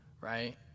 right